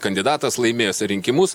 kandidatas laimės rinkimus